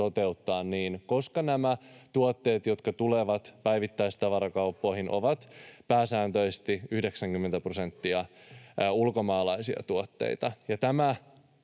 toteuttaa niin, koska nämä tuotteet, jotka tulevat päivittäistavarakauppoihin, ovat pääsääntöisesti, 90 prosenttia, ulkomaalaisia tuotteita.